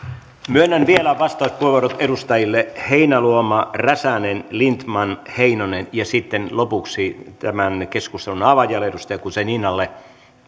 myönnän vielä vastauspuheenvuorot edustajille heinäluoma räsänen lindtman heinonen ja sitten lopuksi tämän keskustelun avaajalle edustaja guzeninalle